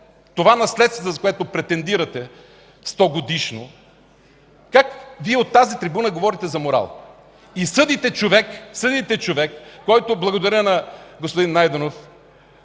това наследство, с което претендирате, 100-годишно, как Вие от тази трибуна говорите за морал?! И съдите човек, който – благодаря на господин Найденов,